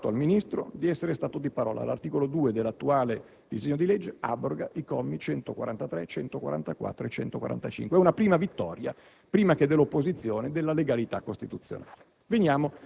Do atto al Ministro di essere stato di parola; l'articolo 2 dell'attuale disegno di legge abroga i commi 143, 144 e 145. È una prima vittoria, prima che dell'opposizione della legalità costituzionale.